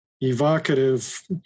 evocative